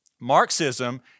Marxism